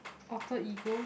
Alter Ego